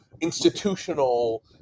institutional